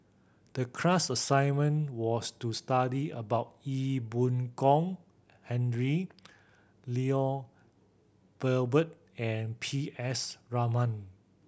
the class assignment was to study about Ee Boon Kong Henry Lloyd Valberg and P S Raman